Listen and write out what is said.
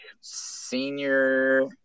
senior